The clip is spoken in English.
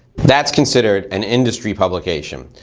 that's considered an industry publication.